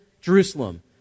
Jerusalem